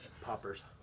poppers